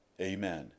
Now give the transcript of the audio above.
Amen